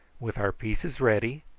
with our pieces ready,